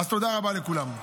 אז תודה רבה לכולם.